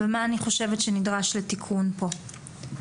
ומה אני חושבת שנדרש לתיקון פה.